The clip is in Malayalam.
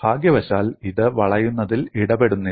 ഭാഗ്യവശാൽ ഇത് വളയുന്നതിൽ ഇടപെടുന്നില്ല